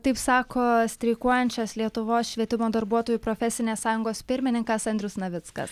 taip sako streikuojančios lietuvos švietimo darbuotojų profesinės sąjungos pirmininkas andrius navickas